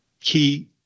key